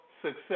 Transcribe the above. success